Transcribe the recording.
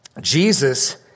Jesus